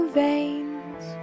veins